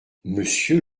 monsieur